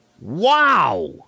Wow